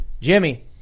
Jimmy